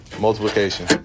multiplication